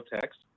text